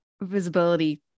Visibility